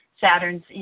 Saturn's